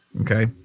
Okay